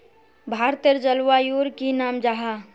भारतेर जलवायुर की नाम जाहा?